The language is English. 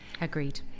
Agreed